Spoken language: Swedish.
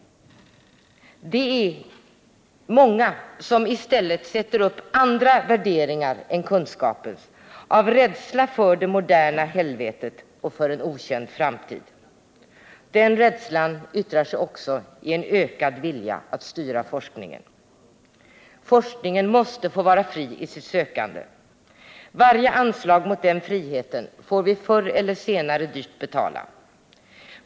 Det är många som i stället sätter upp andra värderingar än kunskapens av rädsla för det moderna helvetet och för en okänd framtid. Den rädslan yttrar sig också i en ökad vilja att styra forskningen. Forskningen måste få vara fri i sitt sökande. Varje anslag mot den friheten får vi förr eller senare dyrt betala.